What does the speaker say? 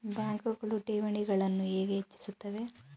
ಬ್ಯಾಂಕುಗಳು ಠೇವಣಿಗಳನ್ನು ಹೇಗೆ ಹೆಚ್ಚಿಸುತ್ತವೆ?